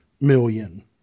million